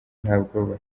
ntabwo